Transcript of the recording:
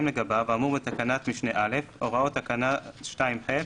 לגביו האמור בתקנת משנה (א); הוראות תקנה 2(ח)